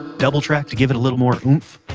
double-track to give it a little more oomph,